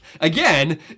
again